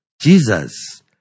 Jesus